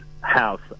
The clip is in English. house